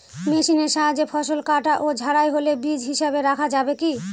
মেশিনের সাহায্যে ফসল কাটা ও ঝাড়াই হলে বীজ হিসাবে রাখা যাবে কি?